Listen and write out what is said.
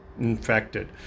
infected